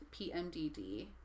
PMDD